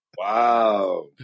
Wow